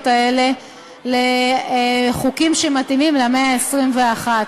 האלה לחוקים שמתאימים למאה ה-21.